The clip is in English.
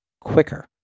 quicker